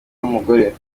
w’umugore